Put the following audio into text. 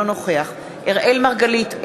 אינו נוכח אראל מרגלית,